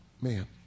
man